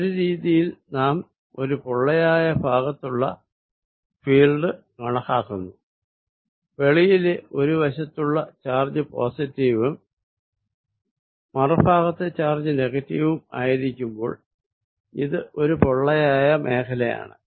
ഒരു രീതിയിൽ നാം ഒരു പൊള്ളയായ ഭാഗത്തുള്ള ഫീൽഡ് കണക്കാക്കുന്നു വെളിയിലെ ഒരു വശത്തുള്ള ചാർജ് പോസിറ്റീവും മറുഭാഗത്തെ ചാർജ് നെഗറ്റീവും ആയിരിക്കുമ്പോൾ ഇത് ഒരു പൊള്ളയായ ഫീൽഡ് ആണ്